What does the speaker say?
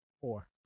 Four